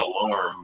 alarm